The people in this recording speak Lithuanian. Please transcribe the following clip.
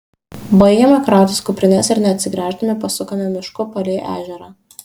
baigėme krautis kuprines ir neatsigręždami pasukome mišku palei ežerą